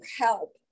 help